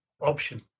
option